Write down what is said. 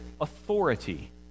authority